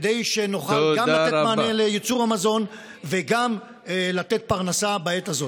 כדי שנוכל גם לתת מענה לייצור המזון וגם לתת פרנסה בעת הזאת.